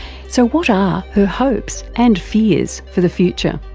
so what are her hopes and fears for the future?